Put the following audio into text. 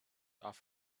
off